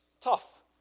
tough